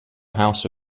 house